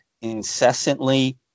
incessantly